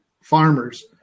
farmers